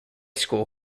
school